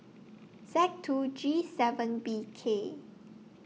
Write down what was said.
Z two G seven B K